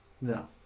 No